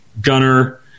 gunner